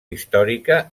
històrica